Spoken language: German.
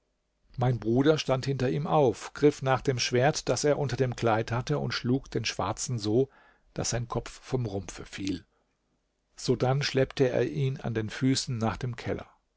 mein bruder stand hinter ihm auf griff nach dem schwert das er unter dem kleid hatte und schlug den schwarzen so daß sein kopf vom rumpfe fiel sodann schleppte er ihn an den füßen nach dem keller